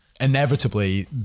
inevitably